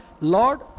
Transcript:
Lord